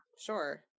sure